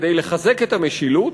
כדי לחזק את המשילות,